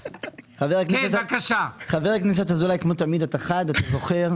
חבר הכנסת אזולאי, כמו תמיד אתה חד, אתה זוכר.